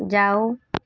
जाओ